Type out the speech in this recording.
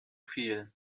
viel